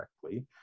correctly